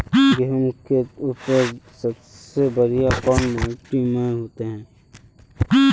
गेहूम के उपज सबसे बढ़िया कौन माटी में होते?